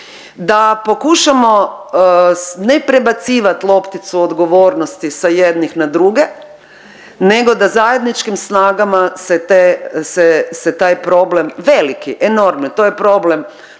da pokušamo ne prebacivati lopticu odgovornosti sa jednih na druge nego da zajedničkim snagama se te, se taj problem veliki enormno, to je problem